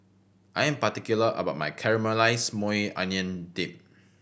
I am particular about my Caramelized Maui Onion Dip